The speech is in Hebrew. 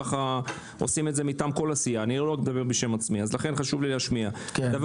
אני כרגע מגיש, מה שיצא, אם